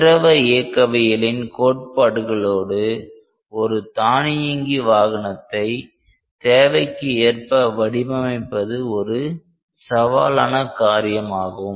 திரவ இயக்கவியலின் கோட்பாடுகளோடு ஒரு தானியங்கி வாகனத்தை தேவைக்கு ஏற்ப வடிவமைப்பது ஒரு சவாலான காரியமாகும்